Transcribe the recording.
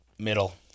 Middle